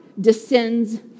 descends